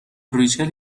ریچل